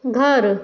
घर